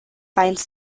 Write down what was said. finds